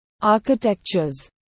architectures